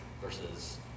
versus